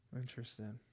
Interesting